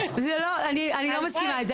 אני לא מסכימה עם זה,